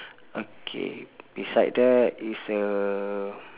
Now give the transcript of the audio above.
okay beside that is a